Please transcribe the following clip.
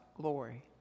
glory